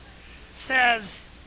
says